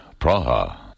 Praha